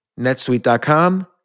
NetSuite.com